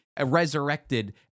resurrected